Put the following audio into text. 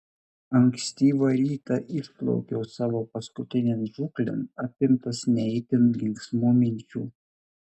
ankstyvą rytą išplaukiau savo paskutinėn žūklėn apimtas ne itin linksmų minčių